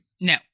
No